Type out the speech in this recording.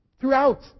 throughout